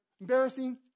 Embarrassing